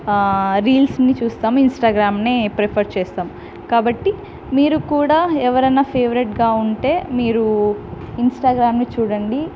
ఆ రీల్స్ని చూస్తాము ఇంస్టాగ్రామ్నే ప్రిఫర్ చేస్తాం కాబట్టి మీరు కూడా ఎవరైనా ఫేవరెట్గా ఉంటే మీరు ఇంస్టాగ్రామ్ని చూడండి